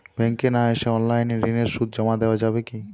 ব্যাংকে না এসে অনলাইনে ঋণের সুদ জমা দেওয়া যাবে কি?